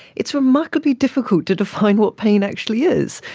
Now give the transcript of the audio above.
it's remarkably difficult to define what pain actually is.